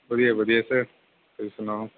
ਵਧੀਆ ਵਧੀਆ ਸਰ ਤੁਸੀਂ ਸੁਣਾਓ